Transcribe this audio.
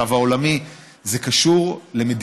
זה קשור למצב העולמי.